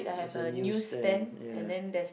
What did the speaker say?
it's a new stand ya